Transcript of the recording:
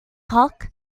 cock